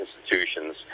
institutions